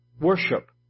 worship